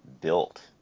built